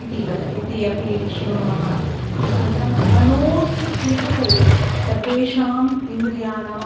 इतिवत् इति अपि शृणुमः अनन्तरं मनो हि हेतुः सर्वेषामिन्द्रियाणां